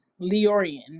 Leorian